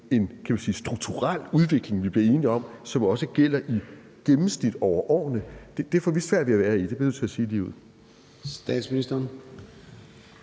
en strukturel udvikling, vi er blevet enige om, som også gælder i gennemsnit over årene? Det får vi svært ved at være i, det bliver jeg nødt til at sige ligeud.